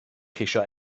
ceisio